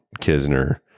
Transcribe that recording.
Kisner